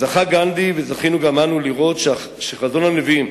זכה גנדי, וזכינו גם אנו, לראות שחזון הנביאים,